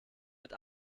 mit